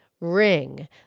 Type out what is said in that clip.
ring